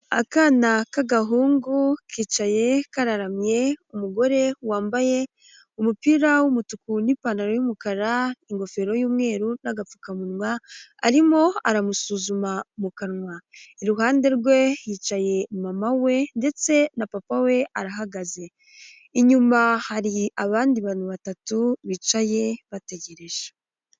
Akana k'agahungu kicaye kararamye, umugore wambaye umupira w’umutuku n'ipantaro y'umukara, ingofero y'umweru n'agapfukamunwa, arimo aramusuzuma mu kanwa. Iruhande rwe hicaye mama we ndetse na papa we arahagaze, inyuma har’abandi bantu batatu bicaye bategereje.